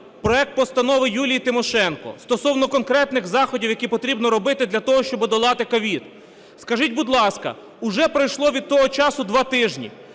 проект постанови Юлії Тимошенко стосовно конкретних заходів, які потрібно робити для того, щоб подолати COVID. Скажіть, будь ласка, уже пройшло від того часу два тижні.